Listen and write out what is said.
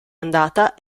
andata